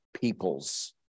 peoples